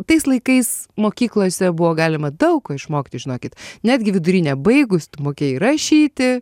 tais laikais mokyklose buvo galima daug ko išmokti žinokit netgi vidurinę baigus tu mokėjai rašyti